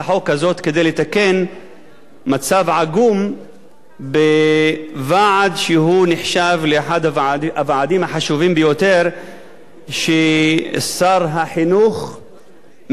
לתקן מצב עגום בוועד שנחשב לאחד הוועדים החשובים ביותר ששר החינוך ממנה,